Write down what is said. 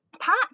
patch